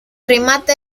remate